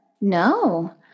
No